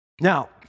Now